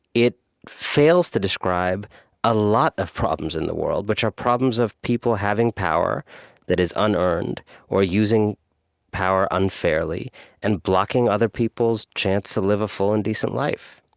it fails to describe a lot of problems in the world, which are problems of people having power that is unearned or using power unfairly and blocking other people's chance to live a full and decent life.